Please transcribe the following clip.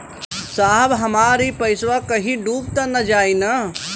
साहब हमार इ पइसवा कहि डूब त ना जाई न?